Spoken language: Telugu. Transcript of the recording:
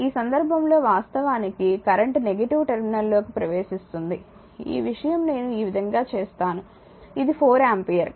ఈ సందర్భంలో వాస్తవానికి కరెంట్ నెగిటివ్ టెర్మినల్ లోకి ప్రవేశిస్తుంది ఈ విషయం నేను ఈ విధంగా చేస్తాను ఇది 4 ఆంపియర్